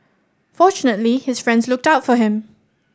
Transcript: fortunately his friends looked out for him